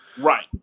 Right